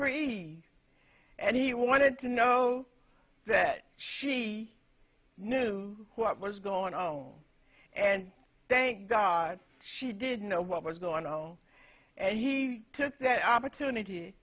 he and he wanted to know that she knew what was going on and thank god she didn't know what was going on no and he took that opportunity